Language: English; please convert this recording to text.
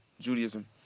Judaism